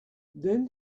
then